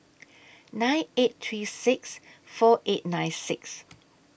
nine eight three six four eight nine six